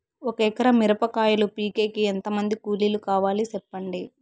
ఒక ఎకరా మిరప కాయలు పీకేకి ఎంత మంది కూలీలు కావాలి? సెప్పండి?